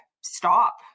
stop